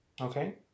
Okay